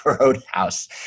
Roadhouse